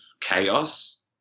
chaos